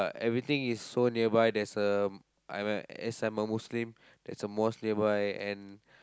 everything is so nearby there's a I'm a as I'm a Muslim there's a mosque nearby and